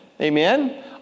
Amen